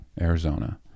Arizona